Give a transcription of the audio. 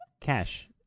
Cash